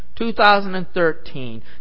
2013